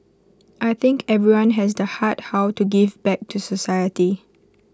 I think everyone has the heart how to give back to society